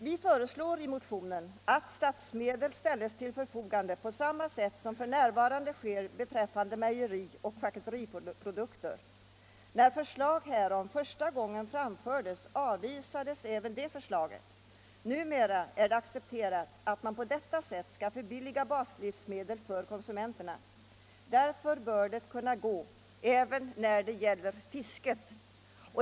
Vi föreslår i motionen att statsmedel ställs till förfogande på samma sätt som f. n. sker beträffande mejerioch charkuteriprodukter. När förslag härom första gången framfördes avvisades även detta. Numera är det accepterat att man på detta sätt skall förbilliga baslivsmedel för konsumenterna. Därför bör det kunna gå även när det gäller fisket.